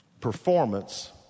Performance